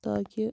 تاکہِ